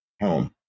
home